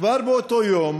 כבר באותו יום